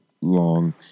long